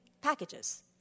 packages